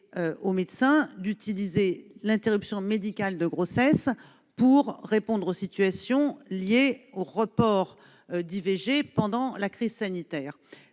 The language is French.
aux médecins d'utiliser l'interruption médicale de grossesse pour répondre aux situations liées aux reports d'IVG pendant la crise sanitaire.